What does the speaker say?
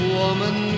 woman